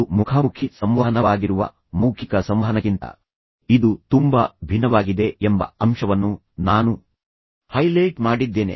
ಮತ್ತು ಮುಖಾಮುಖಿ ಸಂವಹನವಾಗಿರುವ ಮೌಖಿಕ ಸಂವಹನಕ್ಕಿಂತ ಇದು ತುಂಬಾ ಭಿನ್ನವಾಗಿದೆ ಎಂಬ ಅಂಶವನ್ನು ನಾನು ಹೈಲೈಟ್ ಮಾಡಿದ್ದೇನೆ